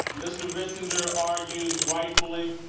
mr. bissinger argues rightfully,